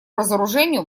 разоружению